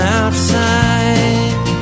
outside